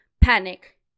Panic